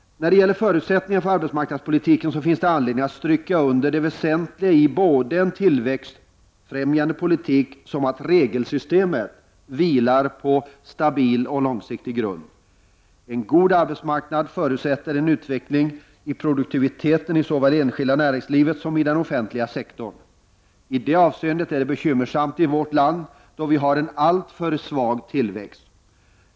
När det gäller förutsättningarna för arbetsmarknadspolitiken finns det anledning att stryka under det väsentliga i både en tillväxtfrämjande politik och detta att regelsystemet vilar på stabil och långsiktig grund. En god arbetsmarknad förutsätter en utveckling i produktiviteten i såväl det enskilda näringslivet som den offentliga sektorn. I det avseendet är det bekymmersamt i vårt land, då vi har en alltför svag tillväxt.